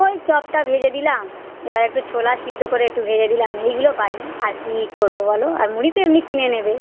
ওই চপটা ভেজে দিলাম এবার একটু ছোলা সেদ্ধ করে একটু ভেজে দিলাম এইগুলো পারি আর কী করবো বলো আর মুড়ি তো এমনি কিনে নেবে